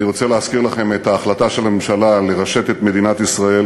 אני רוצה להזכיר לכם את ההחלטה של הממשלה לרשת את מדינת ישראל